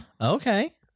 Okay